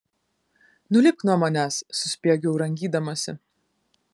nulipk nuo manęs suspiegiau rangydamasi